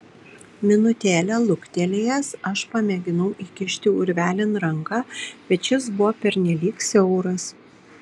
minutėlę luktelėjęs aš pamėginau įkišti urvelin ranką bet šis buvo pernelyg siauras